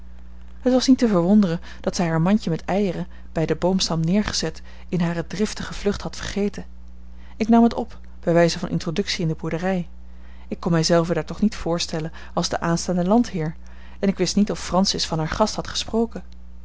het was niet te verwonderen dat zij haar mandje met eieren bij den boomstam neergezet in hare driftige vlucht had vergeten ik nam het op bij wijze van introductie in de boerderij ik kon mij zelven daar toch niet voorstellen als den aanstaanden landheer en ik wist niet of francis van haar gast had gesproken